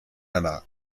einer